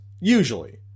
usually